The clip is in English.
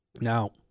Now